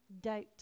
doubt